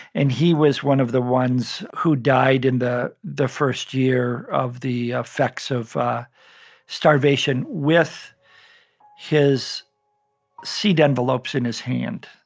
and he was one of the ones who died in the the first year of the effects of starvation, with his seed envelopes in his hand.